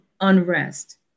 unrest